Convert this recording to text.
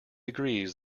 agrees